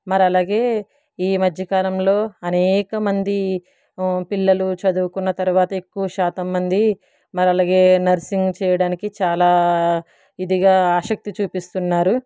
మరి అలాగే ఈ మధ్య కాలంలో అనేక మంది పిల్లలు చదువుకున్న తర్వాత ఎక్కువ శాతం మంది మరి అలాగే నర్సింగ్ చేయడానికి చాలా ఇదిగా ఆసక్తి చూపిస్తున్నారు